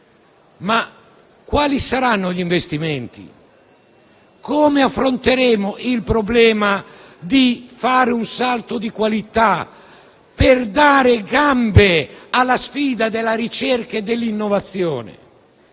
quali saranno gli investimenti? Come affronteremo il problema di fare un salto di qualità per dare gambe alla sfida della ricerca e dell'innovazione?